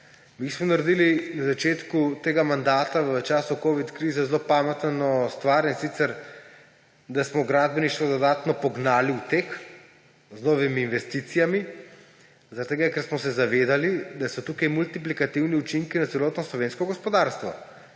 Mi smo naredili na začetku tega mandata v času covid krize zelo pametno stvar, in sicer smo gradbeništvo dodatno pognali v tek z novimi investicijami, zaradi tega ker smo se zavedali, da so tukaj multiplikativni učinki za celotno slovensko gospodarstvo.